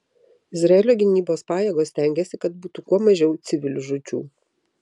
izraelio gynybos pajėgos stengiasi kad būtų kuo mažiau civilių žūčių